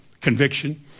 conviction